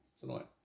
tonight